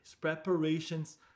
preparations